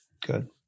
good